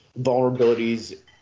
vulnerabilities